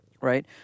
right